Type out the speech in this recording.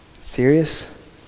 Serious